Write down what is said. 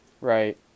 Right